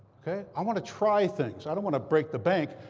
ok? i want to try things. i don't want to break the bank.